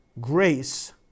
Grace